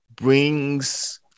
brings